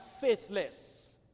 faithless